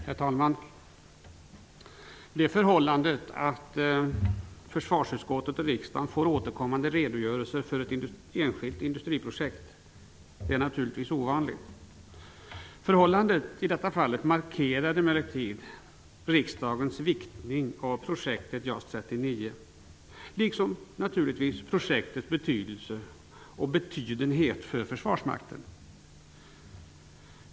Herr talman! Det förhållandet att försvarsutskottet och riksdagen får återkommande redogörelser för ett enkilt industriprojekt är naturligtvis ovanligt. I detta fall markerar emellertid det förhållandet riksdagens viktning av projektet JAS 39, liksom naturligtvis projektets betydelse för försvarsmakten.